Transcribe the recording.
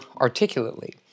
articulately